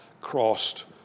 crossed